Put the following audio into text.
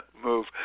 move